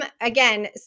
Again